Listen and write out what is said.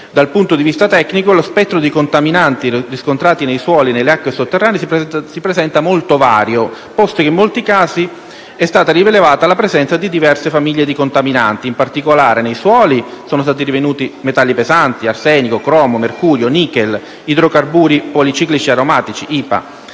Dal punto di vista tecnico, lo spettro di contaminanti riscontrati nei suoli e nelle acque sotterranee si presenta molto vario, posto che in molti casi è stata rilevata la presenza di diverse famiglie di contaminanti. In particolare, nei suoli sono stati rinvenuti metalli pesanti (arsenico, cromo, mercurio, nichel) e idrocarburi policiclici aromatici (IPA);